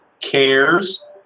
cares